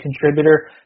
contributor